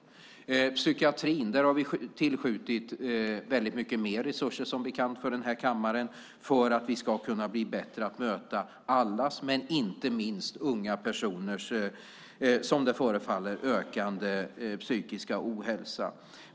Som är bekant för den här kammaren har vi tillskjutit väldigt mycket mer medel till psykiatrin för att vi ska bli bättre på att möta allas och inte minst unga personers, som det förefaller, ökande psykiska ohälsa.